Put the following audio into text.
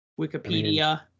Wikipedia